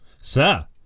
Sir